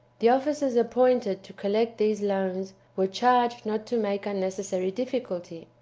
the officers appointed to collect these loans were charged not to make unnecessary difficulty,